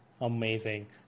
Amazing